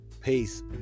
Peace